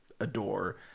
adore